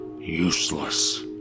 useless